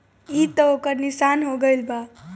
ई त ओकर निशान हो गईल बा